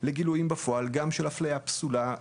לגילויים בפועל גם של אפליה פסולה,